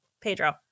Pedro